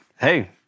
hey